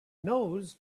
knows